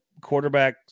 quarterback